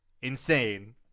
insane